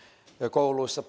kouluissa